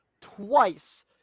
twice